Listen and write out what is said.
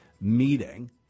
meeting